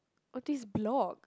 oh this blog